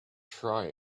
try